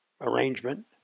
arrangement